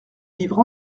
livre